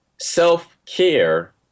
self-care